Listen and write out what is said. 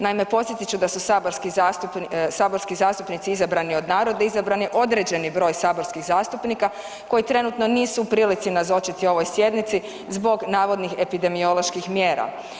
Naime, podsjetit ću da su saborski zastupnici izabrani od naroda i izabrani određeni broj saborskih zastupnika koji trenutno nisu u prilici nazočiti ovoj sjednici zbog navodnih epidemioloških mjera.